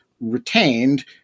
retained